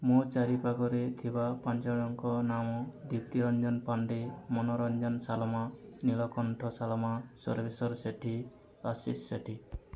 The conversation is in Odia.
ମୋ ଚାରି ପାଖରେ ଥିବା ପାଞ୍ଚ ଜଣଙ୍କ ନାମ ଦିପ୍ତିରଞ୍ଜନ ପାଣ୍ଡେ ମନୋରଞ୍ଜନ ସାଲମା ନୀଳକଣ୍ଠ ସାଲମା ସର୍ବେଶ୍ଵର ସେଠି ଆଶିଷ ସେଠି